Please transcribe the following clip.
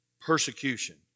Persecution